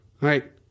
right